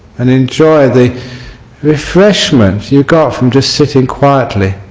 and enjoy the refreshment you got from just sitting quietly.